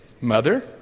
Mother